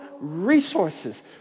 resources